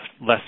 less